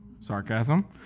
Sarcasm